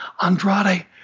Andrade